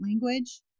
language